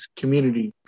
Community